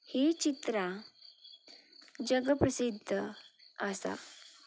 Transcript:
हीं चित्रां जगप्रसिद्द आसा